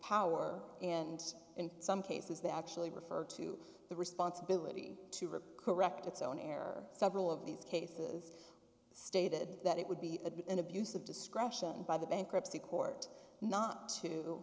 power and in some cases they actually referred to the responsibility to rip correct its own error several of these cases stated that it would be a an abuse of discretion by the bankruptcy court not to